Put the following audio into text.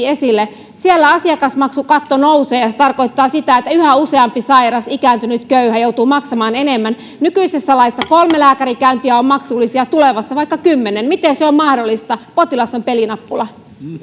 esille siellä asiakasmaksukatto nousee ja se tarkoittaa sitä että yhä useampi sairas ikääntynyt köyhä joutuu maksamaan enemmän nykyisessä laissa kolme lääkärikäyntiä on maksullisia tulevassa vaikka kymmenen miten se on mahdollista että potilas on pelinappula